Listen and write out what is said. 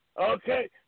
Okay